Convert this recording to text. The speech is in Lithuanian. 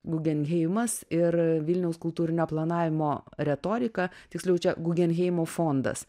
gugenheimas ir vilniaus kultūrinio planavimo retorika tiksliau čia gugenheimo fondas